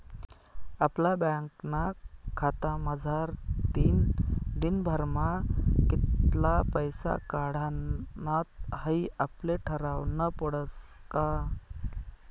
आपला बँकना खातामझारतीन दिनभरमा कित्ला पैसा काढानात हाई आपले ठरावनं पडस का